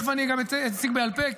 תכף אני גם אציג בעל פה,